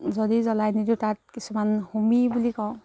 যদি জ্বলাই নিদিওঁ তাক কিছুমান হুমি বুলি কওঁ